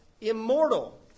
immortal